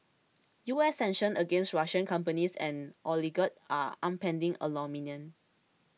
U S sanctions against Russian companies and oligarchs are upending aluminium